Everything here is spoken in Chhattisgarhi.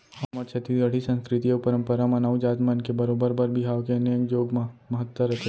हमर छत्तीसगढ़ी संस्कृति अउ परम्परा म नाऊ जात मन के बरोबर बर बिहाव के नेंग जोग म महत्ता रथे